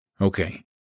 Okay